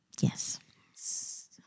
yes